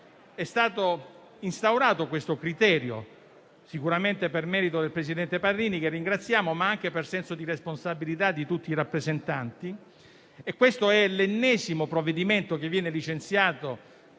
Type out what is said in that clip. è stato instaurato questo criterio, sicuramente per merito del presidente Parrini, che ringraziamo, ma anche per senso di responsabilità di tutti i rappresentanti. Quello in esame è l'ennesimo provvedimento che viene licenziato